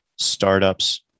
startups